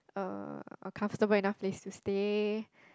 uh a comfortable enough place to stay